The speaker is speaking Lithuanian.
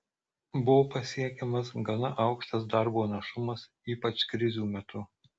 buvo pasiekiamas gana aukštas darbo našumas ypač krizių metu